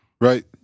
right